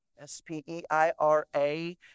S-P-E-I-R-A